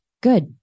Good